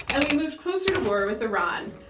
and we moved closer to war with iran.